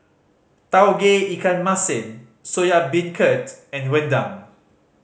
Tauge Ikan Masin Soya Beancurd and rendang